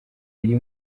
iri